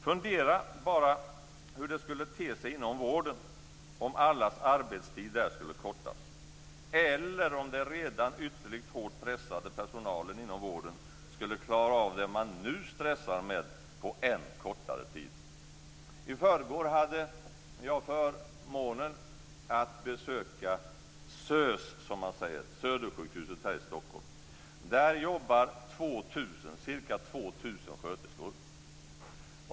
Fundera bara hur det skulle te sig inom vården om allas arbetstid där skulle kortas, eller om den redan ytterligt hårt pressade personalen inom vården skulle klara av det man nu stressar med på än kortare tid. I förrgår hade jag förmånen att få besöka SöS, som man säger - Södersjukhuset här i Stockholm. Där jobbar ca 2 000 sköterskor.